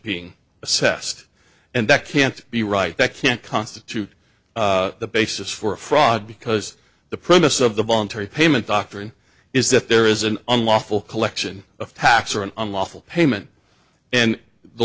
being assessed and that can't be right that can't constitute the basis for a fraud because the premise of the voluntary payment doctrine is that there is an unlawful collection of tax or an unlawful payment and the